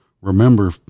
remember